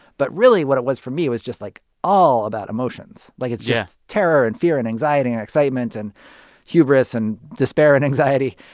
but really, what it was for me was just, like, all about emotions. like, it's just terror and fear and anxiety and excitement and hubris and despair and anxiety